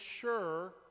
sure